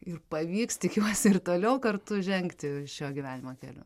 ir pavyks tikiuosi ir toliau kartu žengti šio gyvenimo keliu